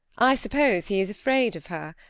i suppose he is afraid of her.